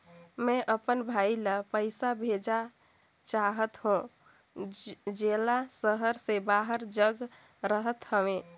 मैं अपन भाई ल पइसा भेजा चाहत हों, जेला शहर से बाहर जग रहत हवे